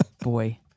boy